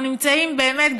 אנחנו נמצאים באמת,